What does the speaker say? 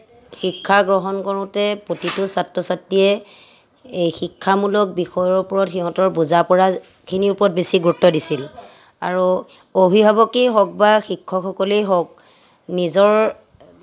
শিক্ষা গ্ৰহণ কৰোঁতে প্ৰতিটো ছাত্ৰ ছাত্ৰীয়ে এই শিক্ষামূলক বিষয়ৰ ওপৰত সিহঁতৰ বুজা পৰাখিনিৰ ওপৰত বেছি গুৰুত্ব দিছিল আৰু অভিভাৱকেই হওঁক বা শিক্ষকসকলেই হওঁক নিজৰ